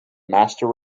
master